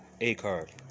A-Card